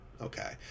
okay